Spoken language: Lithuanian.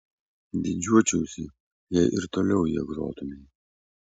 didžiuočiausi jei ir toliau ja grotumei